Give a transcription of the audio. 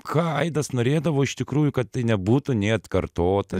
ką aidas norėdavo iš tikrųjų kad tai nebūtų nė atkartota